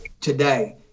today